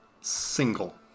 Single